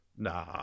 Nah